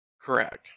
Correct